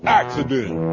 accident